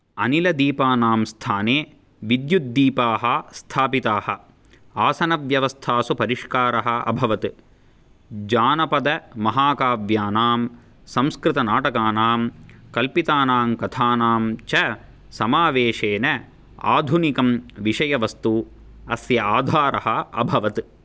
अनिलदीपानां स्थाने विद्युद्दीपाः स्थापिताः आसनव्यवस्थासु परिष्कारः अभवत् जानपदमहाकाव्यानां संस्कृतनाटकानां कल्पितानाम् कथानां च समावेशेन आधुनिकं विषयवस्तु अस्य आधारः अभवत्